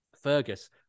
Fergus